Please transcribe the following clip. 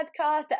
podcast